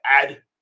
add